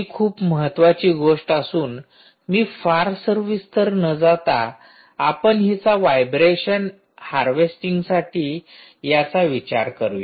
ही खूप महत्वाची गोष्ट असून मी फार सविस्तर न जाता आपण हीचा व्हायब्रेशन हार्वेस्टिंगसाठी याचा विचार करूया